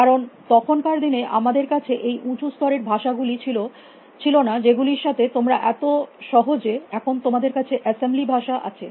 কারণ তখনকার দিনে আমাদের কাছে এই উচুঁ স্তরের ভাষা গুলি ছিল না যেগুলির সাথে তোমরা এত সহজ এখন তোমাদের কাছে অ্যাসেম্বলি ভাষা আছে